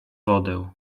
wodę